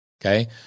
Okay